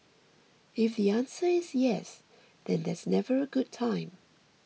if the answer is yes then there's never a good time